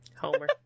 Homer